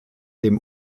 dem